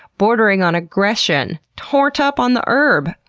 bordering on aggression. tournt up on the herb!